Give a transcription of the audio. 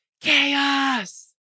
Chaos